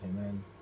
amen